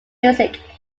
music